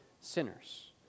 sinners